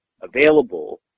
Available